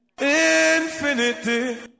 INFINITY